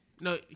no